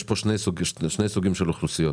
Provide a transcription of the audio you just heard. יש פה שני סוגים של אוכלוסיות,